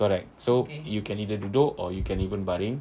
correct so if you can either duduk or you can even baring